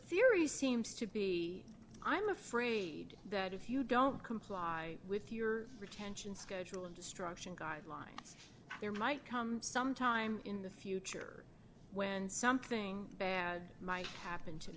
theory seems to be i'm afraid that if you don't comply with your retention schedule and destruction guidelines there might come some time in the future when something bad might happen to